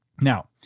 Now